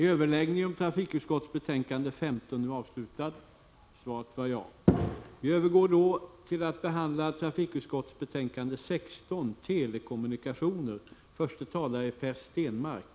Voteringarna i trafikutskottets betänkande 15, som föredrogs vid gårdagskvällens sammanträde, samt betänkandena 16, 14 och 21 äger rum sedan debatten i alla dessa betänkanden har avslutats.